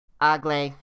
Ugly